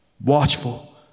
watchful